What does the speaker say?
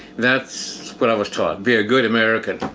that's what i was taught. be a good american,